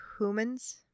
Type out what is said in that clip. humans